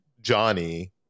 Johnny